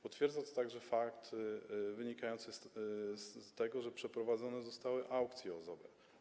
Potwierdza to także fakt wynikający z tego, że przeprowadzone zostały aukcje OZE-owe.